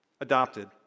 adopted